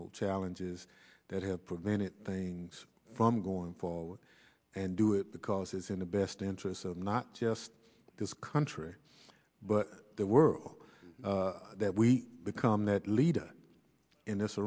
jurisdictional challenges that have prevented things from going forward and do it because it's in the best interests of not just this country but the world that we become that leader in this